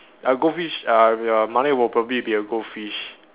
uh goldfish uh ya Malek will probably be a goldfish